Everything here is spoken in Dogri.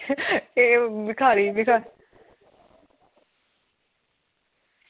ते भिखारी दिक्खां